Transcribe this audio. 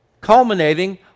culminating